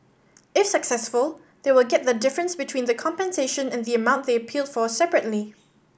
if successful they will get the difference between the compensation and the amount they appealed for separately